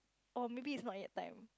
oh maybe is not yet time